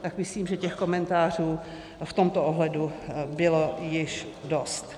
Tak myslím, že těch komentářů v tomto ohledu bylo již dost.